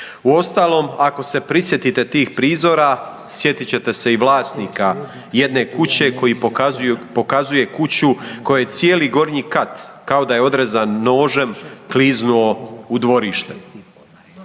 Uostalom, ako se prisjetite tih prizora sjetit ćete se i vlasnika jedne kuće koji pokazuje kuću kojoj je cijeli gornji kat kao da je odrezan nožem kliznuo u dvorište.